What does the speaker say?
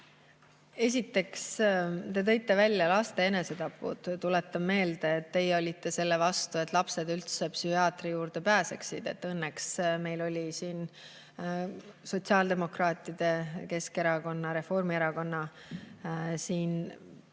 Esiteks, te tõite välja laste enesetapud. Tuletan meelde, et teie olite selle vastu, et lapsed üldse psühhiaatri juurde pääseksid. Õnneks meil oli siin sotsiaaldemokraatide, Keskerakonna ja Reformierakonna